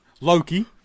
Loki